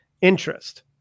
interest